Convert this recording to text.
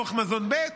ללוח מזון ב'.